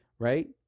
right